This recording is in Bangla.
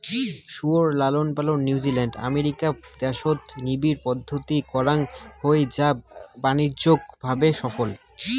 শুয়োর লালনপালন নিউজিল্যান্ড, আমেরিকা দ্যাশত নিবিড় পদ্ধতিত করাং হই যা বাণিজ্যিক ভাবে সফল